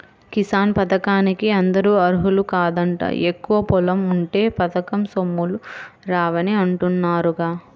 కిసాన్ పథకానికి అందరూ అర్హులు కాదంట, ఎక్కువ పొలం ఉంటే పథకం సొమ్ములు రావని అంటున్నారుగా